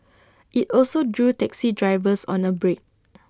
IT also drew taxi drivers on A break